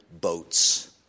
boats